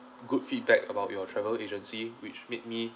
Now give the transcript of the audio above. good feedback about your travel agency which made me